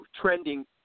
trending